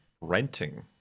Renting